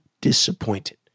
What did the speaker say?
disappointed